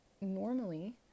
normally